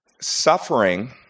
Suffering